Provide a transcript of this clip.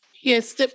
Yes